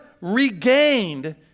regained